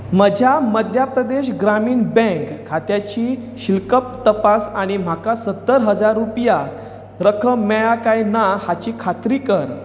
म्हज्या मध्य प्रदेश ग्रामीण बँक खात्याची शिलकप तपास आनी म्हाका सत्तर हजार रुपया रक्कम मेळ्ळ्या कांय ना हाची खात्री कर